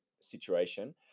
situation